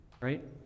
Right